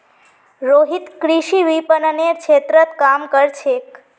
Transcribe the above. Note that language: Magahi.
रोहित कृषि विपणनेर क्षेत्रत काम कर छेक